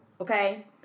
okay